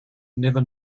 never